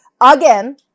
Again